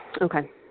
Okay